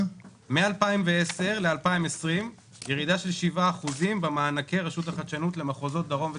מ-2010 ל-2020 יש ירידה של 7% במענקי הרשות לחדשנות למחוזות דרום וצפון.